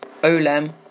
olem